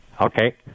Okay